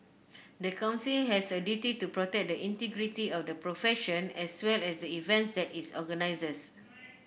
the Council has a duty to protect the integrity of the profession as well as the events that it organises